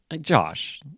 Josh